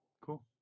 Cool